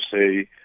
say